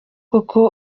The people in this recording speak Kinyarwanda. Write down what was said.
koko